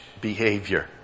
behavior